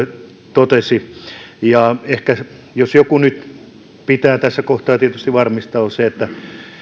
totesi jos joku nyt pitää tässä kohtaa tietysti varmistaa on se että